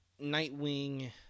Nightwing